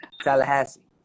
Tallahassee